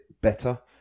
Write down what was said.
better